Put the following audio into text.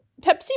Pepsi